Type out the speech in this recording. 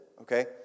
okay